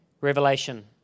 Revelation